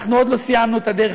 אנחנו עוד לא סיימנו את הדרך,